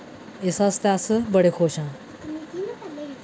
इस आस्तै अस बड़े खुश आं